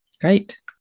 Great